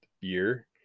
year